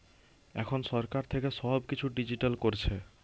এখন সরকার থেকে সব কিছু ডিজিটাল করছে